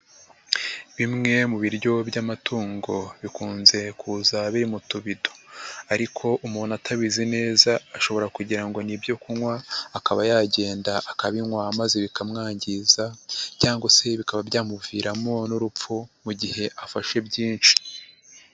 Bimwe mu biryo by'amatungo, bikunze kuza biri mu tubido ariko umuntu atabizi neza ashobora kugira ngo ni ibyo kunywa, akaba yagenda akabinywa maze bikamwangiza cyangwa se bikaba byamuviramo n'urupfu, mu gihe afashe byinshi.